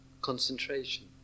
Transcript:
concentration